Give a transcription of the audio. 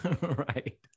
Right